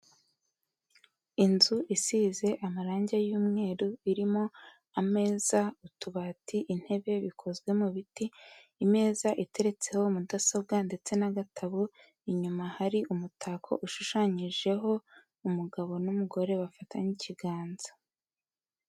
Inzu isize amarangi y'umweru, irimo ameza, utubati, intebe bikozwe mu biti, imeza iteretseho mudasobwa ndetse n'agatabo, inyuma hari umutako ushushanyijeho umugabo n'umugore bafatanye ikiganza.